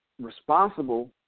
responsible